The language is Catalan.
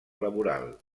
laboral